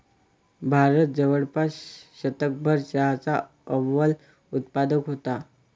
भारत जवळपास शतकभर चहाचा अव्वल उत्पादक होता